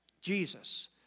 Jesus